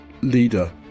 leader